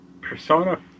Persona